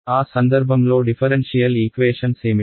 ఆ సందర్భంలో differential equations ఏమిటి